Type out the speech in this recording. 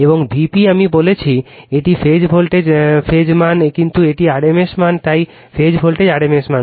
এবং Vp আমি বলেছি এটি ফেজ ভোল্টেজ ফেজ মান কিন্তু এটি rms মান তাই ফেজ ভোল্টেজ rms মান